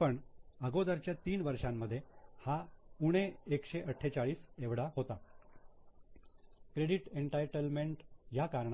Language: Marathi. पण अगोदरच्या तीन वर्षांमध्ये हा 148 एवढा होता क्रेडिट एनटायटलमेंट या कारणाने